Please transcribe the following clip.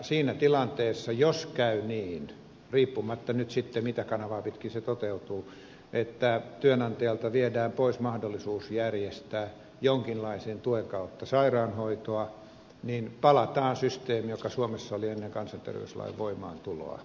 siinä tilanteessa jos käy niin riippumatta nyt sitten siitä mitä kanavaa pitkin se toteutuu että työnantajalta viedään pois mahdollisuus järjestää jonkinlaisen tuen kautta sairaanhoitoa niin palataan systeemiin joka suomessa oli ennen työterveyshuollon voimaantuloa